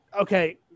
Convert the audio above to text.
okay